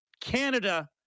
Canada